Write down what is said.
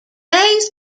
days